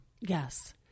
Yes